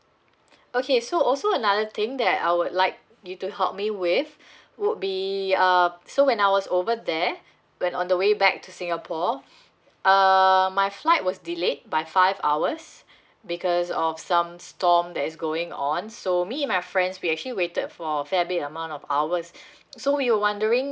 okay so also another thing that I would like you to help me with would be uh so when I was over there when on the way back to singapore um my flight was delayed by five hours because of some storm that is going on so me and my friends we actually waited for a fair bit amount of hours so we were wondering